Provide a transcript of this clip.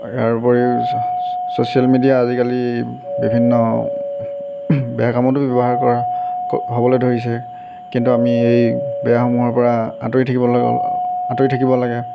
ইয়াৰ উপৰিও social media আজিকালি বিভিন্ন বেয়া কামতো ব্যৱহাৰ কৰা হ'বলৈ ধৰিছে কিন্তু আমি বেয়াসমূহৰ পৰা আঁতৰি থাকিব আঁতৰি থাকিব লাগে